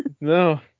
No